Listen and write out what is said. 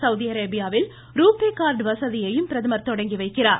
Saudi அரேபியாவில் RuPay card வசதியையும் பிரதமர் தொடங்கி வைக்கிறார்